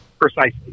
Precisely